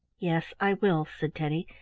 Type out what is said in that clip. yes, i will, said teddy,